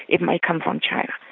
it might come from china.